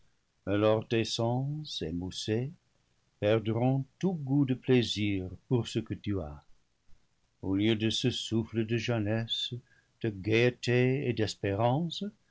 alors tes sens émoussés perdront tout goût de plaisir pour ce que tu as au lieu de ce souffle de jeunesse de gaieté et d'espérance